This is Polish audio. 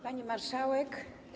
Pani Marszałek!